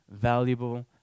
valuable